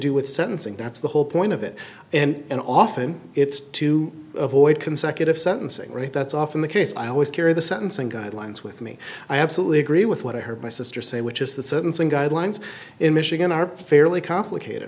do with sentencing that's the whole point of it and often it's to avoid consecutive sentencing right that's often the case i always carry the sentencing guidelines with me i absolutely agree with what i heard my sister say which is that certain thing guidelines in michigan are fairly complicated